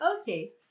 Okay